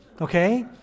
okay